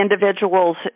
individuals